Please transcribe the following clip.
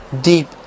deep